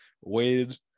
waited